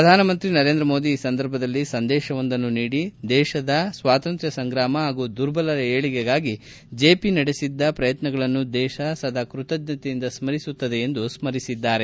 ಪ್ರಧಾನಮಂತ್ರಿ ನರೇಂದ್ರಮೋದಿ ಈ ಸಂದರ್ಭದಲ್ಲಿ ಸಂದೇಶವೊಂದನ್ನು ನೀಡಿ ದೇಶದ ಸ್ವಾತಂತ್ರ್ಯ ಸಂಗ್ರಾಮ ಹಾಗೂ ದುರ್ಬಲರ ಏಳಿಗೆಗಾಗಿ ಜೆಪಿ ನಡೆಬದ್ದ ಪ್ರಯತ್ನಗಳನ್ನು ದೇಶ ಸದಾ ಕೃತಜ್ಞತೆಯಿಂದ ಸ್ಮರಿಸುತ್ತದೆ ಎಂದು ಸ್ಮರಿಸಿದ್ದಾರೆ